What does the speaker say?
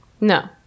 No